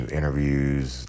interviews